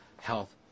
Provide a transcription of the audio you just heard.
health